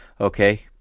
okay